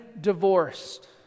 divorced